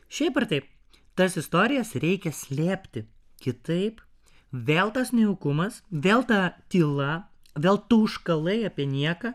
šiaip ar taip tas istorijas reikia slėpti kitaip vėl tas nejaukumas vėl ta tyla vėl tauškalai apie nieką